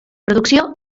producció